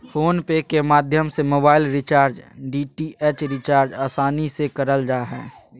phone पे के माध्यम से मोबाइल रिचार्ज, डी.टी.एच रिचार्ज आसानी से करल जा हय